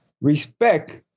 Respect